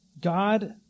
God